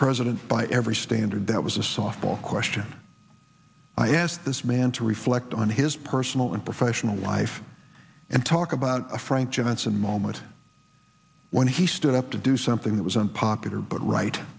president by every standard that was a softball question i asked this man to reflect on his personal and professional life and talk about a frank johnson moment when he stood up to do something that was unpopular but right